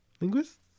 Linguist